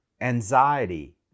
anxiety